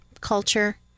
culture